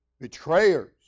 betrayers